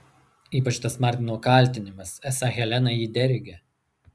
ypač tas martino kaltinimas esą helena jį dergia